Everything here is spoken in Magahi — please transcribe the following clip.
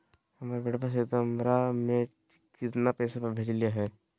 हमर बेटवा सितंबरा में कितना पैसवा भेजले हई?